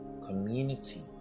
community